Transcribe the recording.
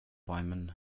bäumen